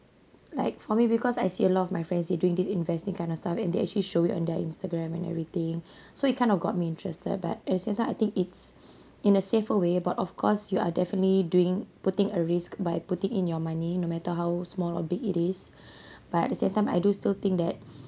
like for me because I see a lot of my friends you during this investing kind of stuff and they actually show it on their instagram and everything so you kind of got me interested but at the same time I think it's in a safe away but of course you are definitely doing putting a risk by putting in your money no matter how small or big it is but at the same time I do still think that